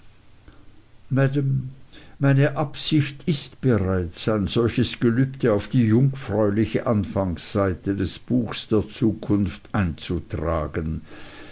maam meine absicht ist bereits ein solches gelübde auf die jungfräuliche anfangsseite des buchs der zukunft einzutragen